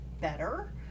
better